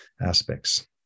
aspects